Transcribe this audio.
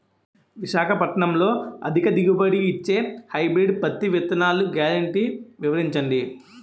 విశాఖపట్నంలో అధిక దిగుబడి ఇచ్చే హైబ్రిడ్ పత్తి విత్తనాలు గ్యారంటీ వివరించండి?